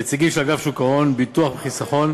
נציגים של אגף שוק ההון, ביטוח וחיסכון,